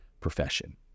profession